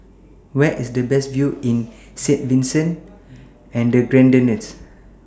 Where IS The Best View in Saint Vincent and The Grenadines